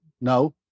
No